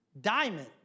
diamond